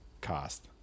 cost